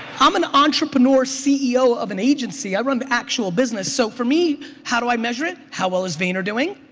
um an entrepreneur, ceo of an agency. i run an actual business so for me how do i measure it? how well is vayner doing?